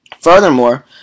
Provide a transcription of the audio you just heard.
Furthermore